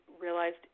realized